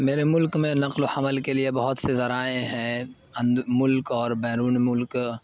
میرے ملک میں نقل و حمل کے لیے بہت سے ذرائع ہیں ملک اور بیرون ملک